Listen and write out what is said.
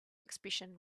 expression